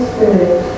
Spirit